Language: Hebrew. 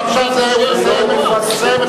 אי-אפשר,